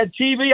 TV